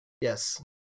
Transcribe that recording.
yes